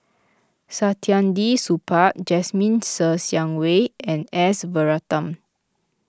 Saktiandi Supaat Jasmine Ser Xiang Wei and S Varathan